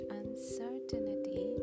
uncertainty